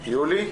יולי,